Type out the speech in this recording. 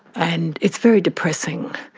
and it's very depressing,